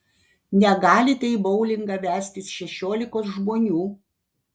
negalite į boulingą vestis šešiolikos žmonių